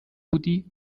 بودی